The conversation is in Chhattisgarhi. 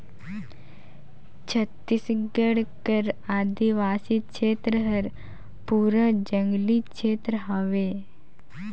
छत्तीसगढ़ कर आदिवासी छेत्र हर पूरा जंगली छेत्र हवे